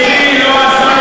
אדוני השר,